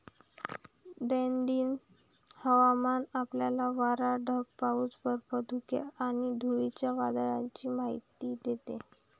दैनंदिन हवामान आपल्याला वारा, ढग, पाऊस, बर्फ, धुके आणि धुळीच्या वादळाची माहिती देते